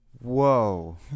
whoa